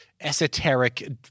esoteric